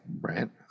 right